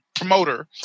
promoter